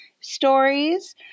stories